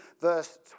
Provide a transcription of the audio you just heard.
verse